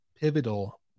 pivotal